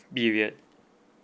period